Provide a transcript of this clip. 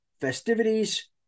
festivities